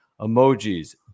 emojis